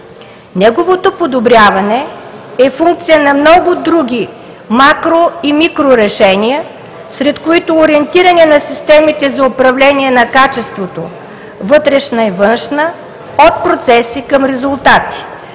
Неговото подобряване е функция на много други макро- и микрорешения, сред които ориентиране на системите за управление на качеството – вътрешна и външна, от процеси към резултати,